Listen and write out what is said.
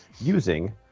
using